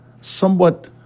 somewhat